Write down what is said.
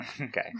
Okay